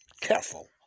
careful